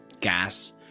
gas